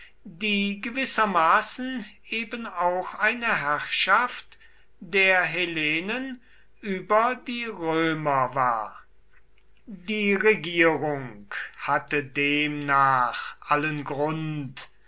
die gewissermaßen eben auch eine herrschaft der hellenen über die römer war die regierung hatte demnach allen grund